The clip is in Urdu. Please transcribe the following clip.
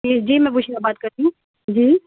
جی جی میں بشریٰ بات کر رہی ہوں جی